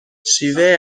شیوه